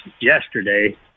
yesterday